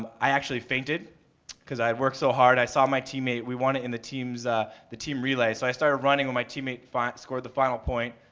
um i actually fainted because i had worked so hard, i saw my teammate, we won it in the team so the team relay. so i started running, when my teammate finally scored the final point,